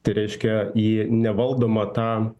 tai reiškia į nevaldomą tą